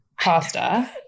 pasta